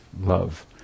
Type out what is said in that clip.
love